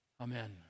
Amen